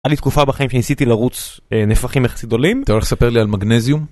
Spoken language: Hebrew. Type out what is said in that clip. היה לי תקופה בחיים כשניסיתי לרוץ נפחים יחסית גדולים, אתה הולך לספר לי על מגנזיום?